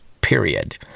Period